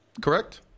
correct